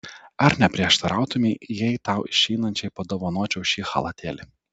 ar neprieštarautumei jei tau išeinančiai padovanočiau šį chalatėlį